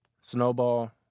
snowball